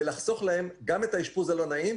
ולחסוך להם גם את האשפוז הלא נעים,